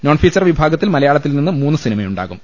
നോൺഫീ ച്ചർ വിഭാഗത്തിൽ മലയാളത്തിൽ നിന്ന് മൂന്ന് സിനിമയുണ്ടാകും